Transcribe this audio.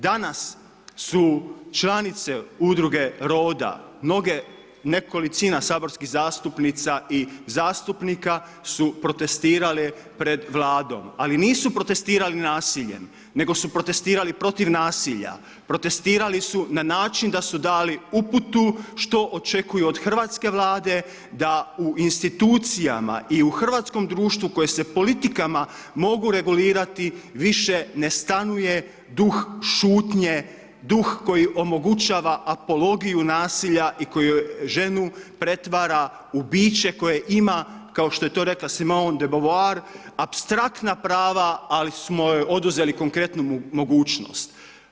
Danas su članice udruge Roda, mnoge nekolicina saborskih zastupnica i zastupnika su protestirali pred Vladom ali nisu protestirali nasiljem nego su protestirali protiv nasilja, protestirali su na način da su dali uputu što očekuju od hrvatske Vlade da u institucijama i u hrvatskom društvu koje se politikama mogu regulirati, više ne stanuje duh šutnje, duh koji omogućava apologiju nasilje i koji ženu pretvara u biće koje ima, kao što je to rekla Simone De Beauvoir, apstraktna prava ali smo joj oduzeli konkretnu mogućnost.